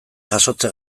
jasotze